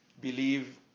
believe